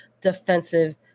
defensive